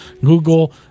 Google